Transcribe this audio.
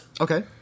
Okay